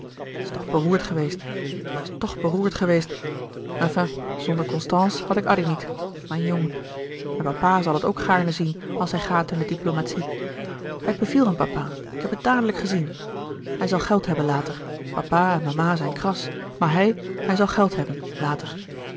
het is toch beroerd geweest het is toch beroerd geweest enfin zonder constance had ik addy niet mijn jongen en papa zal het ook gaarne zien als hij gaat in de diplomatie hij beviel aan papa ik heb het dadelijk gezien hij zal geld hebben later papa en mama zijn kras maar hij hij zal geld hebben later